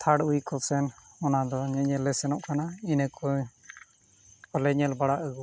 third week ᱠᱚᱥᱮᱱ ᱚᱱᱟ ᱫᱚ ᱧᱮᱧᱮᱞ ᱞᱮ ᱥᱮᱱᱚᱜ ᱠᱟᱱᱟ ᱤᱱᱟᱹ ᱠᱚ ᱟᱞᱮ ᱧᱮᱞ ᱵᱟᱲᱟ ᱟᱹᱜᱩ ᱠᱚᱣᱟ